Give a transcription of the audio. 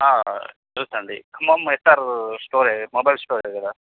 గుర్తుంది Khammam S R స్టోరే mobile స్టోరే కదా